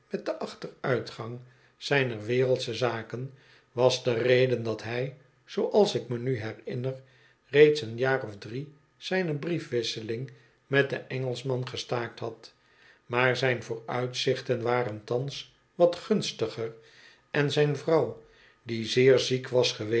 met den achteruitgang zijner wereldsche zaken was de reden dat hij zooals ik me nu herinner reeds een jaar of drie zijne briefwisseling met den engelschman gestaakt had maar zijn vooruitzichten waren thans wat gunstiger en zijn vrouw die zeer ziek was geweest